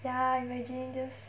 ya imagine this